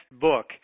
book